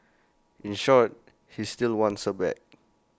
in short he still wants her back